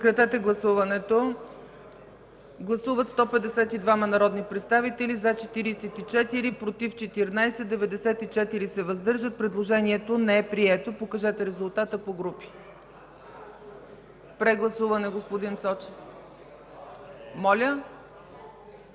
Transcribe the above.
Прегласуване, господин Цочев?